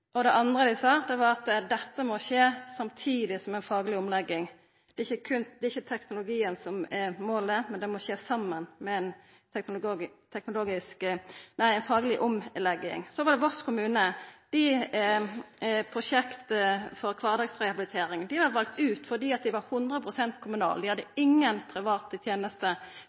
inn. Det andre dei sa, var at dette må skje samtidig med fagleg omlegging. Det er ikkje teknologien som er målet, men det må skje saman med ei fagleg omlegging. Den andre kommunen er Voss. Dei er prosjektkommune for kvardagsrehabilitering. Dei vart valde ut fordi dei hadde 100 pst. kommunale tenester. Dei hadde ingen private